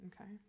okay